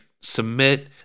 submit